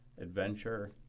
adventure